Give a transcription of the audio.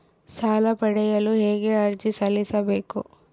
ಸಾಲ ಪಡೆಯಲು ಹೇಗೆ ಅರ್ಜಿ ಸಲ್ಲಿಸಬೇಕು?